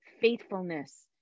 faithfulness